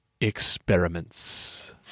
experiments